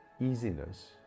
easiness